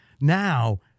Now